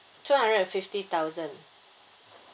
two hundred and fifty thousand